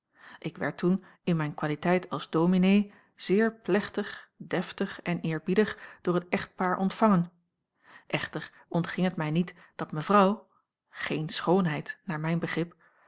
ik werd toen in mijn qualiteit als dominee zeer plechtig deftig en eerbiedig door het echtpaar ontvangen echter ontging het mij niet dat mevrouw geen schoonheid naar mijn begrip